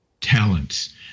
talents